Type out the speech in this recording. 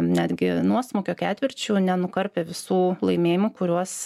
netgi nuosmukio ketvirčių nenukarpė visų laimėjimų kuriuos